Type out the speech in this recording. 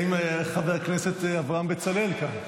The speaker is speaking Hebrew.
האם חבר הכנסת אברהם בצלאל כאן?